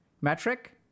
Metric